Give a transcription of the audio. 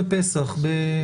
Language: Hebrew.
של